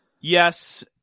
Yes